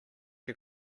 too